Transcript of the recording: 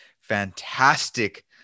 fantastic